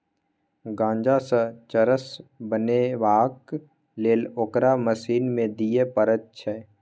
गांजासँ चरस बनेबाक लेल ओकरा मशीन मे दिए पड़ैत छै